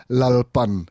lalpan